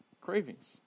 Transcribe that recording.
cravings